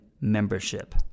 membership